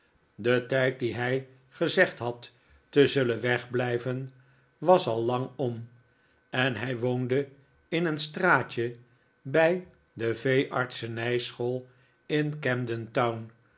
de tijd dien hij gezegd had te zullen wegblijven was al lang om en hij woonde in een straatje bij de veeartsenijschool in camden town